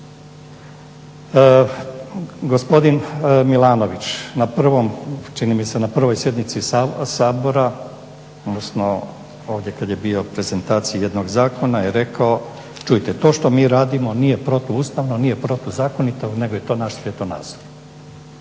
Gospodin Milanović čini mi se na prvoj sjednici Sabora, odnosno ovdje kad je bio ne prezentaciji jednog zakona je rekao čujte, to što mi radimo nije protuustavno, nije protuzakonito nego je to naš svjetonazor.